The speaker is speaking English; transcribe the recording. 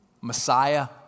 Messiah